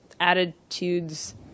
attitudes